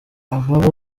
aba